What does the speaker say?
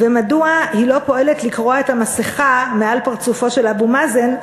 ומדוע היא לא פועלת לקרוע את המסכה מעל פרצופו של אבו מאזן,